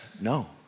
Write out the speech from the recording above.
No